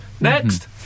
Next